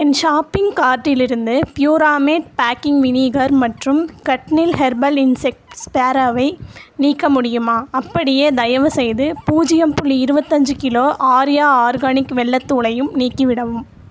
என் shopping கார்ட்டிலிருந்து பியூராமேட் baking vinegar மற்றும் கட்னில் ஹெர்பல் இன்செக்ட் ஸ்பேராவை நீக்க முடியுமா அப்படியே தயவுசெய்து பூஜ்ஜியம் புள்ளி இருபத்தி அஞ்சு கிலோ ஆர்யா ஆர்கானிக் வெல்லத் தூளையும் நீக்கிவிடவும்